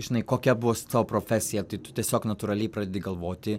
žinai kokia bus tavo profesija tai tu tiesiog natūraliai pradedi galvoti